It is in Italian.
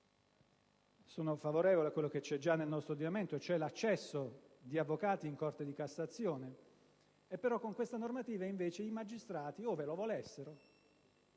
Sono favorevole a quello che c'è già nel nostro ordinamento, cioè l'accesso di avvocati in Corte di cassazione. Però con questa normativa i magistrati, ove lo volessero,